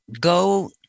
go